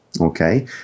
okay